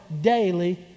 daily